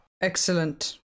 Excellent